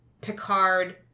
Picard